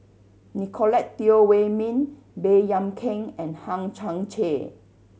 Nicolette Teo Wei Min Baey Yam Keng and Hang Chang Chieh